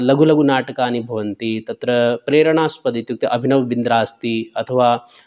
लघुलघुनाटकानि भवन्ति तत्र प्रेरणास्पदम् इत्युक्ते अभिनवबिन्द्रा अस्ति अथवा